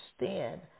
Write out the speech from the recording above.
understand